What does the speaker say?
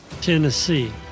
Tennessee